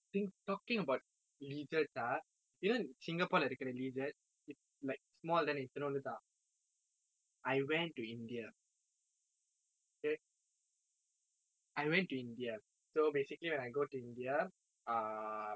I think talking about lizards ah you know in singapore லே இருக்கிற:le irukkira lizards it's like small then இத்துனோன்டு தான்:itthunondu thaan I went to India okay I went to India so basically when I go to India err